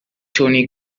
tony